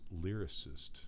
lyricist